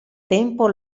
tempo